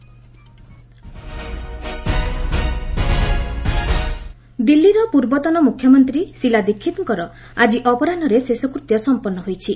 ଶିଲା ଦୀକ୍ଷିତ୍ ଦିଲ୍ଲୀର ପୂର୍ବତନ ମୁଖ୍ୟମନ୍ତ୍ରୀ ଶିଲା ଦୀକ୍ଷିତ୍ଙ୍କ ଆଜି ଅପରାହ୍ୱରେ ଶେଷକୃତ୍ୟ ସମ୍ପନ୍ନ ହୋଇଛି